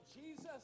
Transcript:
Jesus